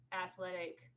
athletic